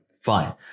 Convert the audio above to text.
Fine